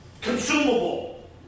consumable